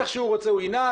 איך שהוא רוצה הוא ינהג